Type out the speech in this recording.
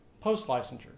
Post-licensure